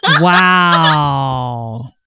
Wow